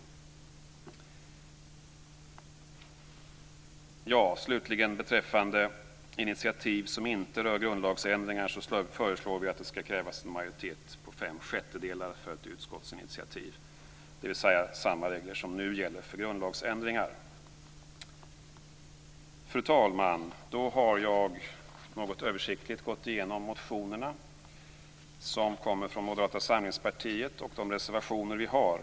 Slutligen föreslår vi beträffande initiativ som inte rör grundlagsändringar att det skall krävas en majoritet på fem sjättedelar för ett utskottsinitiativ. Det är samma regler som nu gäller för grundlagsändringar. Fru talman! Då har jag något översiktligt gått igenom motionerna som kommer från Moderata samlingspartiet och de reservationer vi har.